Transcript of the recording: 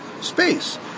space